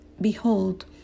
behold